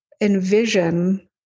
envision